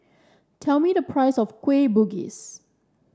tell me the price of Kueh Bugis